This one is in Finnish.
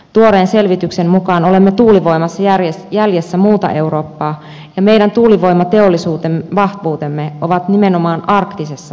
tuoreen selvityksen mukaan olemme tuulivoimassa jäljessä muuta eurooppaa ja meidän tuulivoimateollisuuden vahvuudet ovat nimenomaan arktisessa tuulivoimassa